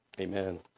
Amen